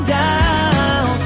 down